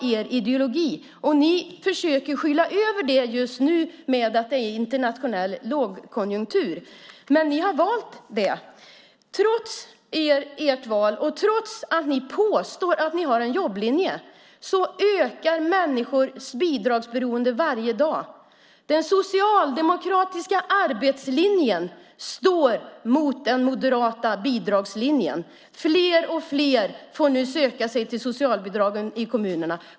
Just nu försöker ni skyla över det genom att säga att det är en internationell lågkonjunktur. Men ni har valt det. Trots ert val och trots att ni påstår att ni har en jobblinje ökar människors bidragsberoende varje dag. Den socialdemokratiska arbetslinjen står mot den moderata bidragslinjen. Fler och fler får nu söka sig till socialbidragen i kommunerna.